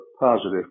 positive